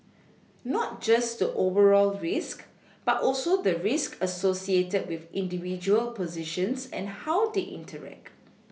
not just the overall risk but also the risk associated with individual positions and how they interact